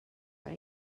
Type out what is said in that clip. are